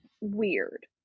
weird